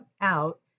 out